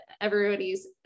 everybody's